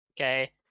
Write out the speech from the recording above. Okay